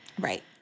Right